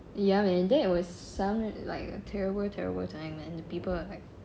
ya man there was so~ like a terrible terrible time man the people are like